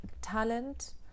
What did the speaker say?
talent